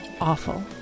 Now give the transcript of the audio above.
Awful